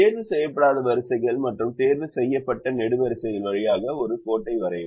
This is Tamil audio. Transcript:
தேர்வு செய்யப்படாத வரிசைகள் மற்றும் தேர்வு செய்யப்பட்ட நெடுவரிசைகள் வழியாக ஒரு கோட்டை வரையவும்